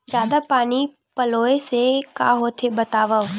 जादा पानी पलोय से का होथे बतावव?